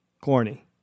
corny